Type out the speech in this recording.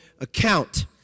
account